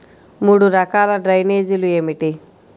మూడు రకాల డ్రైనేజీలు ఏమిటి?